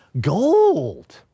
gold